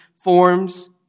forms